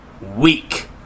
week